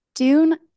Dune